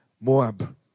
Moab